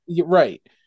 Right